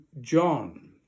John